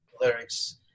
lyrics